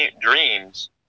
dreams